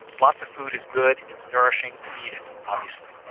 lots of food is good, it's nourishing, we need it obviously.